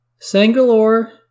Sangalor